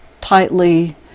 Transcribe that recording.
tightly